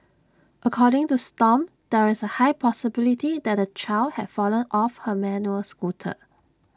according to stomp there is A high possibility that the child had fallen off her manual scooter